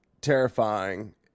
terrifying